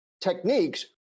techniques